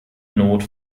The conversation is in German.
not